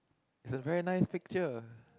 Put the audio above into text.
it's a very nice picture